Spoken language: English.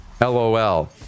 LOL